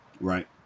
Right